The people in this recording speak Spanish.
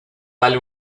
vale